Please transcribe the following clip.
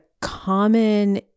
common